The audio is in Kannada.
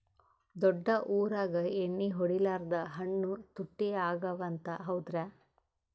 ದೊಡ್ಡ ಊರಾಗ ಎಣ್ಣಿ ಹೊಡಿಲಾರ್ದ ಹಣ್ಣು ತುಟ್ಟಿ ಅಗವ ಅಂತ, ಹೌದ್ರ್ಯಾ?